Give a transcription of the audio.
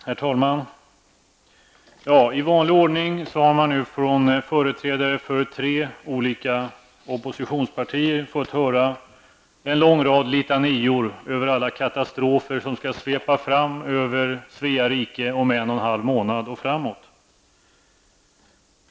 Herr talman! I vanlig ordning har jag nu från företrädare för tre olika oppositionspartier fått hör en lång rad litanior om alla katastrofer som skall svepa fram över Svea rike om en och en halv månad och framåt.